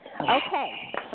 Okay